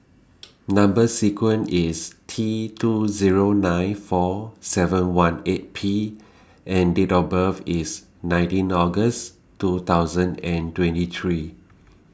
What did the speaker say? Number sequence IS T two Zero nine four seven one eight P and Date of birth IS nineteen August two thousand and twenty three